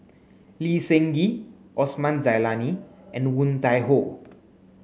Lee Seng Gee Osman Zailani and Woon Tai Ho